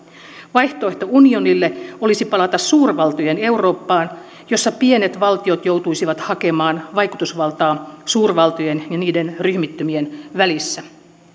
vaihtoehto unionille olisi palata suurvaltojen eurooppaan jossa pienet valtiot joutuisivat hakemaan vaikutusvaltaa suurvaltojen ja niiden ryhmittymien välissä